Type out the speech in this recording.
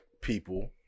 people